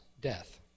death